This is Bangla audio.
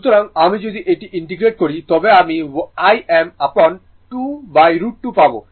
সুতরাং আমি যদি এটি ইন্টিগ্রেট করি তবে আমি Im upon 2√2 পাব